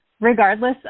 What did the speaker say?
regardless